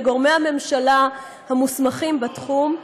לגורמי הממשלה המוסמכים בתחום,